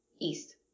East